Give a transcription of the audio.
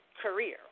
career